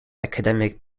academic